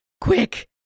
quick